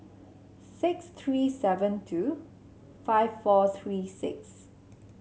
six three seven two five four three six